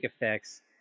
effects